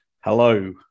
Hello